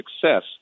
success